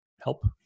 Help